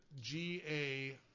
GA